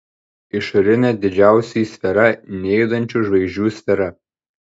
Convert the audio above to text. išorinė didžiausioji sfera nejudančių žvaigždžių sfera